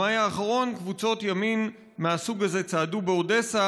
במאי האחרון קבוצות ימין מהסוג הזה צעדו באודסה